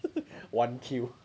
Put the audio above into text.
one throw